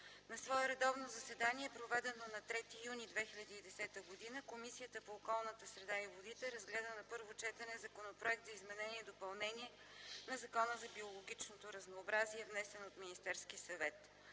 На свое редовно заседание, проведено на 3 юни 2010 г., Комисията по околната среда и водите разгледа на първо четене Законопроект за изменение и допълнение на Закона за биологичното разнообразие, внесен от Министерския съвет.